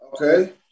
Okay